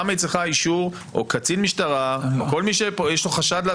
למה היא צריכה אישור או קצין משטרה או על מי שפה יש לו חשד.